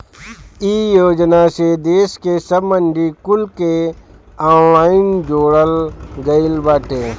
इ योजना से देस के सब मंडी कुल के ऑनलाइन जोड़ल गईल बाटे